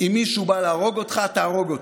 אם מישהו בא להרוג אותך, תהרוג אותו.